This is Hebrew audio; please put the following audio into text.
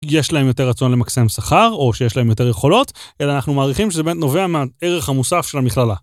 יש להם יותר רצון למקסם שכר, או שיש להם יותר יכולות, אלא אנחנו מעריכים שזה באמת נובע מערך המוסף של המכללה.